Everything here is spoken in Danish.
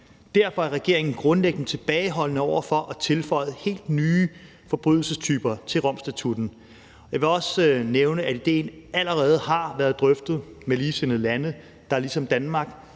Derfor er regeringen grundlæggende tilbageholdende over for at tilføje helt nye forbrydelsestyper til Romstatutten, og jeg vil også nævne, at idéen allerede har været drøftet med ligesindede lande, der ligesom Danmark